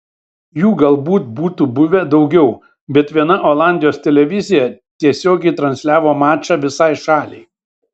jų galbūt būtų buvę daugiau bet viena olandijos televizija tiesiogiai transliavo mačą visai šaliai